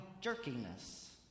jerkiness